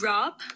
Rob